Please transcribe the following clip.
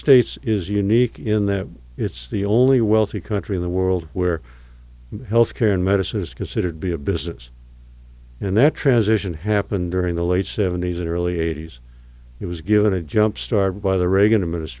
states is unique in that it's the only wealthy country in the world where health care and medicine is considered be a business and that transition happened during the late seventy's and early eighty's it was given to jumpstart by the reagan